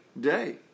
day